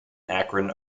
akron